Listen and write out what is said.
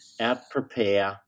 out-prepare